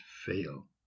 fail